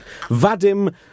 Vadim